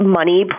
money